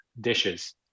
dishes